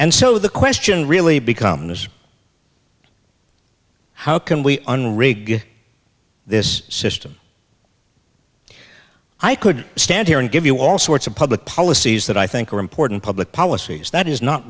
and so the question really becomes how can we unregular this system i could stand here and give you all sorts of public policies that i think are important public policies that is not